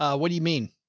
ah what do you mean?